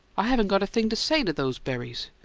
i haven't got a thing to say to those berries!